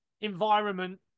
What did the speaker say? environment